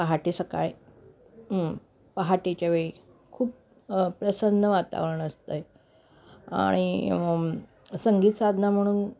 पहाटे सकाळी पहाटेच्या वेळी खूप प्रसन्न वातावरण असतंय आणि संगीत साधना म्हणून